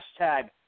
Hashtag